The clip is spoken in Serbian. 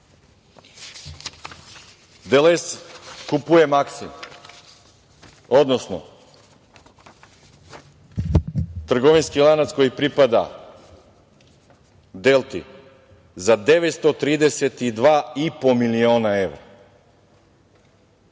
kupuje „Maksi“, odnosno trgovinski lanac koji pripada „Delti“, za 932,5 miliona evra.